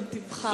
אם תבחר.